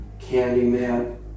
Candyman